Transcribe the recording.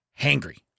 hangry